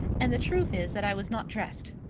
and the truth is that i was not dressed.